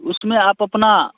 उसमें आप अपना